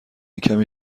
کمی